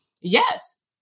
yes